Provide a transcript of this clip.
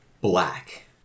black